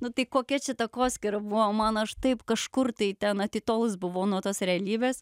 nu tai kokia čia takoskyra buvo mano aš taip kažkur tai ten atitolus buvau nuo tos realybės